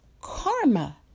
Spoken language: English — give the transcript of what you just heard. Karma